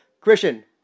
Christian